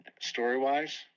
story-wise